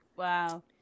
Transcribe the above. Wow